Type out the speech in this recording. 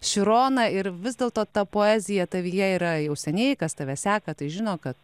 široną ir vis dėlto ta poezija tavyje yra jau seniai kas tave seka tai žino kad